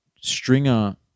Stringer